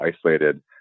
isolated